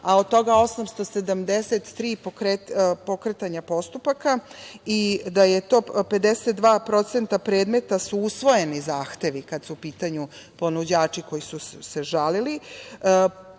a od toga 873 pokretanja postupaka i da je to 52% predmeta, usvojeni su zahtevi kada su u pitanju ponuđači koji su se žalili,